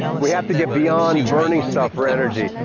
we have to get beyond burning stuff for energy.